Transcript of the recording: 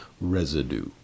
residue